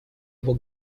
его